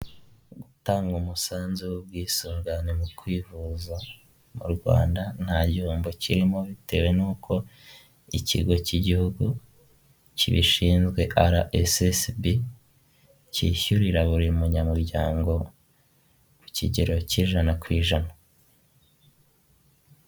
Mu gutanga umusanzu w'ubwisungane mu kwivuza mu Rwanda nta gihombo kirimo bitewe n'uko ikigo cy'igihugu kibishinzwe ara esesibi cyishyurira buri munyamuryango mu kigero cy'ijana ku ijana.